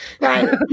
Right